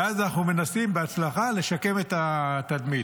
מאז אנחנו מנסים, בהצלחה, לשקם את התדמית.